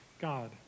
God